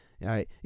Right